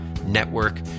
network